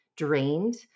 drained